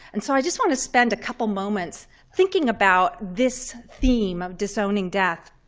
and so i just want to spend a couple moments thinking about this theme of disowning death.